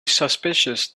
suspicious